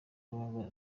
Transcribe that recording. baba